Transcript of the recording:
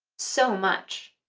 so much